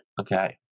Okay